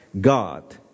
God